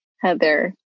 heather